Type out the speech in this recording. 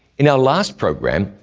in our last program,